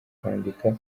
kwandika